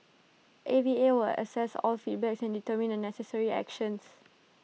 A V A will assess all feedback and determine the necessary actions